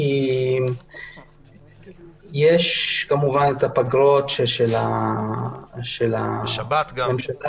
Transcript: כי יש כמובן את הפגרות --- גם יום שבת.